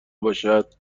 باشد